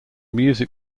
music